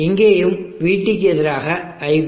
இங்கேயும் vT க்கு எதிராக iB